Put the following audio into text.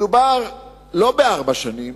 מדובר לא בארבע שנים,